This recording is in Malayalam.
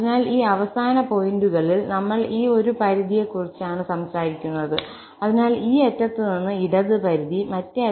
അതിനാൽ ഈ അവസാന പോയിന്റുകളിൽ നമ്മൾ ഒരു പരിധിയെക്കുറിച്ചാണ് സംസാരിക്കുന്നത് അതിനാൽ ഈ അറ്റത്ത് നിന്ന് ഇടത് പരിധി മറ്റേ അറ്റത്ത് നിന്ന് വലത് പരിധി